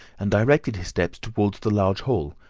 and directed his steps towards the large hall,